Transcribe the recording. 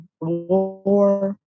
war